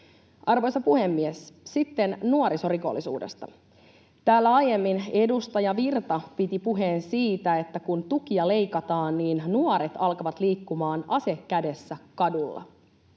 Arvoisa puhemies! Sitten nuorisorikollisuudesta. Täällä aiemmin edustaja Virta piti puheen siitä, että kun tukia leikataan, niin nuoret alkavat liikkumaan ase kädessä kadulla